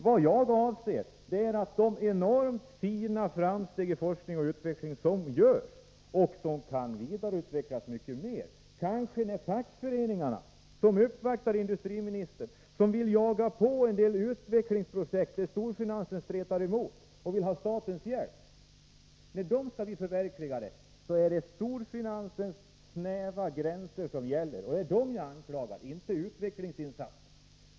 Vad jag avser är de enormt stora framsteg som görs inom forskning och utveckling och som kan vidareutvecklas i betydande utsträckning. Kanske fackföreningarna, som uppvaktar industriministern, vill jaga på en del utvecklingsprojekt där storfinansen stretar emot, och kanske de vill ha statens hjälp. När sådana projekt skall förverkligas är det storfinansens snäva gränser som gäller, och det är storfinansen jag anklagar, inte utvecklingsinsatserna.